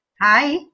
hi